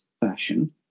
fashion